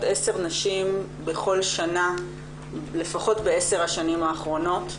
עשר נשים בכל שנה לפחות בעשר השנים האחרונות.